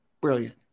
Brilliant